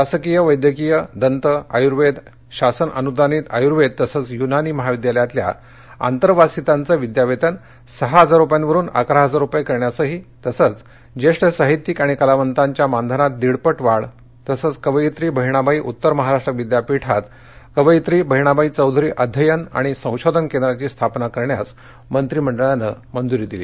शासकीय वैद्यकीय दंत आयुर्वेद शासन अनुदानित आयुर्वेद तसंच युनानी महाविद्यालयातल्या आंतरवासितांचं विद्यावेतन सहा हजार रुपयांवरून अकरा हजार रुपये करण्यास तसंच ज्येष्ठ साहित्यिक आणि कलावंतांच्या मानधनात दीडपट वाढ तसंच कवयित्री बहिणाबाई उत्तर महाराष्ट्र विद्यापीठात कवयित्री बहिणाबाई चौधरी अध्ययन आणि संशोधन केंद्राची स्थापना करण्यास मंत्रिनंडळानं मंजुरी दिली